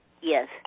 Yes